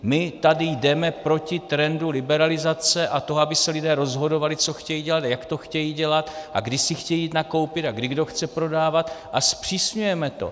My tady jdeme proti trendu liberalizace a toho, aby se lidé rozhodovali, co chtějí dělat, jak to chtějí dělat a kdy si chtějí jít nakoupit, kdy kdo chce prodávat, a zpřísňujeme to.